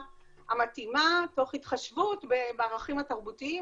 המתאימה תוך התחשבות בערכים התרבותיים,